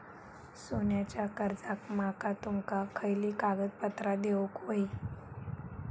सोन्याच्या कर्जाक माका तुमका खयली कागदपत्रा देऊक व्हयी?